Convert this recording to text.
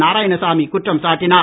நாராயணசாமி குற்றம் சாட்டினார்